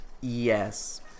Yes